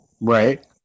Right